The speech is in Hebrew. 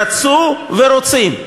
רצו ורוצים.